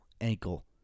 ankle